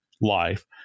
life